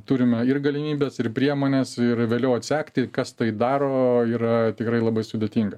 turime ir galimybes ir priemones ir vėliau atsekti kas tai daro yra tikrai labai sudėtinga